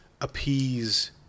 appease